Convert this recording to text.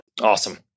Awesome